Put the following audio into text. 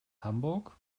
hamburg